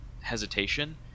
hesitation